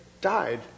died